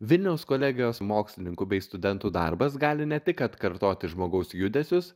vilniaus kolegijos mokslininkų bei studentų darbas gali ne tik atkartoti žmogaus judesius